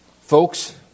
Folks